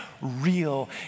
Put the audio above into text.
real